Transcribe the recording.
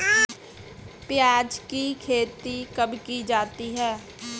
प्याज़ की खेती कब की जाती है?